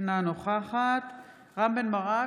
אינה נוכחת רם בן ברק,